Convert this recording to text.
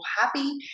happy